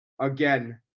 Again